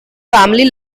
family